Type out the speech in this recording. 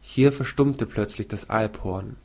hier verstummte plözlich das alphorn